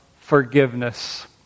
forgiveness